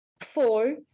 Four